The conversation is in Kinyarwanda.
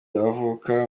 avuka